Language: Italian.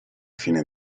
fine